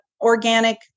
organic